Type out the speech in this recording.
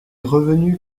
revenus